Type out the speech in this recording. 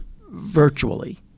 virtually